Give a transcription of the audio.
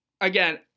Again